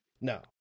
No